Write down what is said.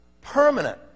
Permanent